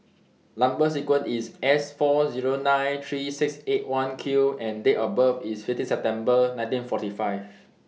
Number sequence IS S four Zero nine three six eight one Q and Date of birth IS fifteen September nineteen forty five